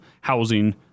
housing